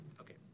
Okay